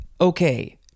Okay